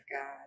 God